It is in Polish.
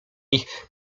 ich